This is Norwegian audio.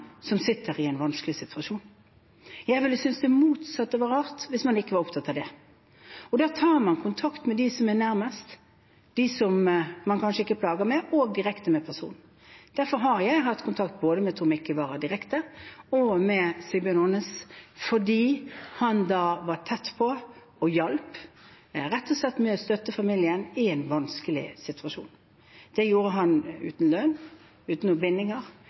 som er i en vanskelig situasjon. Jeg ville synes det motsatte – at man ikke var opptatt av det – ville være rart. Og da tar man kontakt med dem som er nærmest, dem som man kanskje ikke plager, og direkte med personen. Derfor har jeg hatt kontakt både med Tor Mikkel Wara direkte og med Sigbjørn Aanes, fordi han var tett på og rett og slett hjalp til med å støtte familien i en vanskelig situasjon. Det gjorde han uten lønn, uten